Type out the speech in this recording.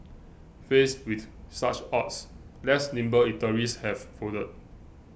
faced with such odds less nimble eateries have folded